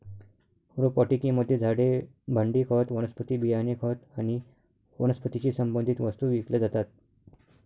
रोपवाटिकेमध्ये झाडे, भांडी, खत, वनस्पती बियाणे, खत आणि वनस्पतीशी संबंधित वस्तू विकल्या जातात